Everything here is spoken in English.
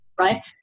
right